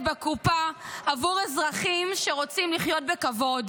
בקופה עבור אזרחים שרוצים לחיות בכבוד,